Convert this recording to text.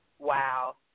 Wow